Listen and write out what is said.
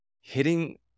hitting